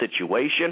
situation